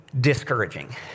discouraging